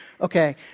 okay